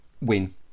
win